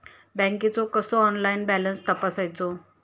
बँकेचो कसो online balance तपासायचो?